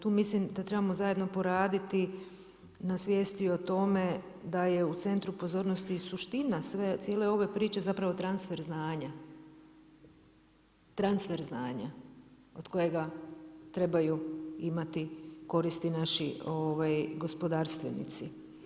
Tu mislim da trebamo zajedno poraditi na svijesti o tome da je u centru pozornosti i suština cijele ove priče zapravo transfer znanja, transfer znanja od kojega trebaju imati koristi naši gospodarstvenici.